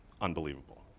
unbelievable